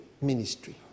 ministry